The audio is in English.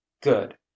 Good